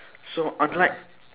so unlike